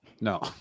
no